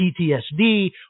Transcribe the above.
PTSD